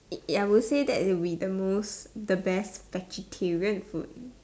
ya we'll say that it'll be the most the best vegetarian food